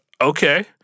okay